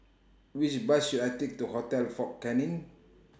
Which Bus should I Take to Hotel Fort Canning